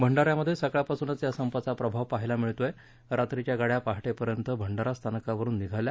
भंडाऱ्यामध्ये सकाळपासूनच या संपाचा प्रभाव पाहायला मिळत आहे आहे रात्रीच्या गाड्या पहाटेपर्यंत भंडारा स्थानकावरुन निघाल्या